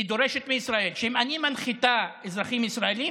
היא דורשת מישראל: אם אני מנחיתה אזרחים ישראלים,